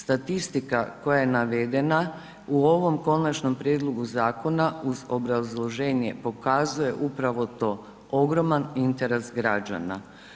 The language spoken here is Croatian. Statistika koja je navedena u ovom konačnom prijedlogu zakona uz obrazloženje pokazuje upravo to, ogroman interes zakona.